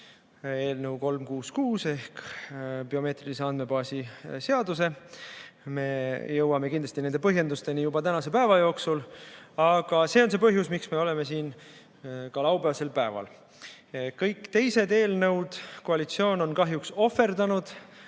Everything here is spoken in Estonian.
eelnõu 366 ehk biomeetrilise andmebaasi seaduse. Me jõuame kindlasti nende põhjendusteni juba tänase päeva jooksul. Aga see on see põhjus, miks me oleme siin ka laupäevasel päeval. Kõik teised eelnõud on koalitsioon kahjuks ohverdanud